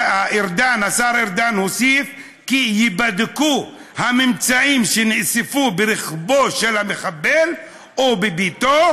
השר ארדן הוסיף כי "ייבדקו הממצאים שנאספו ברכבו של המחבל ובביתו,